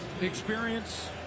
experience